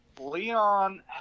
Leon